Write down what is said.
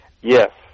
Yes